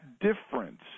difference